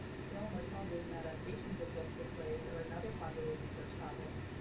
film or television adaptations of books or plays are another popular research topic.